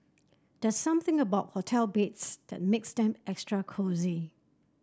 there's something about hotel beds that makes them extra cosy